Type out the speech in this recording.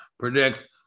predict